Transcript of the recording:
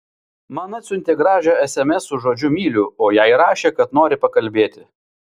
man atsiuntė gražią sms su žodžiu myliu o jai rašė kad nori pakalbėti